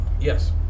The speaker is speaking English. Yes